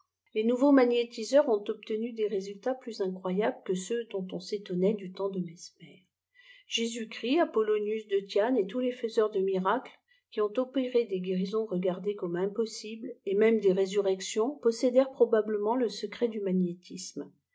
les nouveaux magnétiseurs ont obtenu des résultats plus incroyables que ceux dont on s'étonnait du temps de mesmer jésus-christ apollonius de tyanes et tous les faiseurs de miracles qui ont opéré des guérisons regardé comme impossible et même des résurrections possédèrent probablement le secret du magnétisme